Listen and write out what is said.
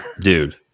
dude